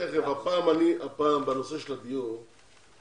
בנושא הדיור,